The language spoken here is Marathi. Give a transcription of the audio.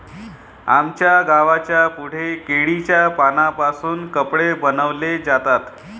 आमच्या गावाच्या पुढे केळीच्या पानांपासून कपडे बनवले जातात